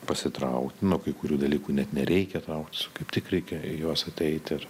pasitraukt nuo kai kurių dalykų net nereikia trauktis kaip tik reikia į juos ateiti ir